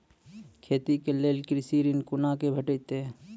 खेती के लेल कृषि ऋण कुना के भेंटते?